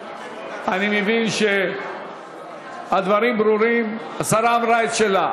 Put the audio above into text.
אני מבין שהדברים ברורים, השרה אמרה את שלה.